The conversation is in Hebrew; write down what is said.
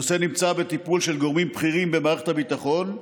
הנושא נמצא בטיפול של גורמים בכירים במערכת הביטחון,